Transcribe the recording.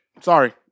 Sorry